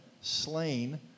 slain